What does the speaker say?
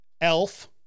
Elf